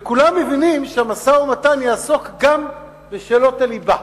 וכולם מבינים שהמשא-ומתן יעסוק גם בשאלות הליבה.